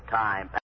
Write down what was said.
time